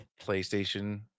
PlayStation